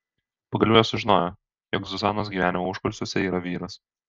pagaliau jos sužinojo jog zuzanos gyvenimo užkulisiuose yra vyras